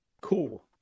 Cool